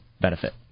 benefit